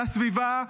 על הסביבה,